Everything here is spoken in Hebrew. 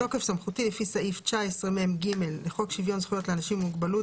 בתוקף סמכותי לפי סעיף 19מ(ג) לחוק שוויון זכויות לאנשים עם מוגבלות,